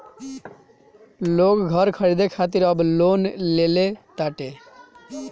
लोग घर खरीदे खातिर अब लोन लेले ताटे